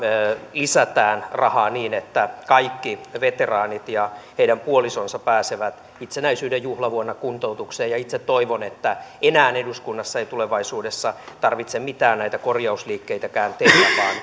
lisätään rahaa niin että kaikki veteraanit ja heidän puolisonsa pääsevät itsenäisyyden juhlavuonna kuntoutukseen itse toivon että enää eduskunnassa ei tulevaisuudessa tarvitse mitään näitä korjausliikkeitäkään tehdä